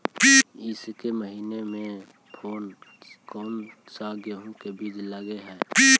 ईसके महीने मे कोन सा गेहूं के बीज लगे है?